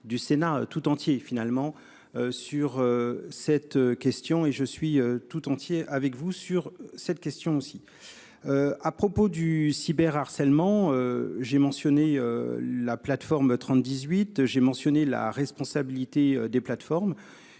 du Sénat tout entier finalement sur cette question et je suis tout entier avec vous sur cette question aussi. À propos du cyber harcèlement j'ai mentionné la plateforme 30 18 j'ai mentionné la responsabilité des plateformes